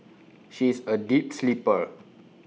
she is A deep sleeper